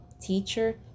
teacher